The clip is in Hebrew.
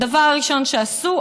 הדבר הראשון שעשו,